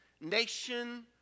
nation